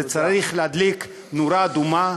זה צריך להדליק נורה אדומה,